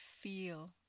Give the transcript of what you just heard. feel